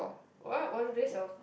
what what do they sell